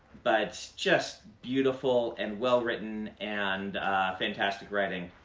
but just beautiful and well written and fantastic writing.